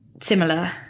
similar